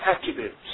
attributes